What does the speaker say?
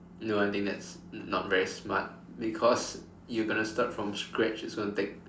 no I think that's not very smart because you gonna start from scratch it's going to take